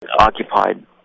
occupied